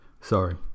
Sorry